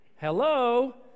hello